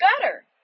better